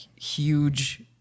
huge